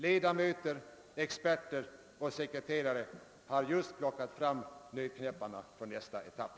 Ledamöter, experter och sekreterare har just plockat fram nötknäpparna för nästa etapp.